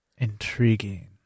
intriguing